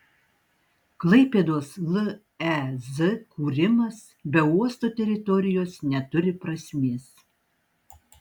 klaipėdos lez kūrimas be uosto teritorijos neturi prasmės